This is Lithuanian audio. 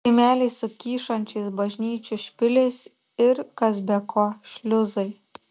kaimeliai su kyšančiais bažnyčių špiliais ir kas be ko šliuzai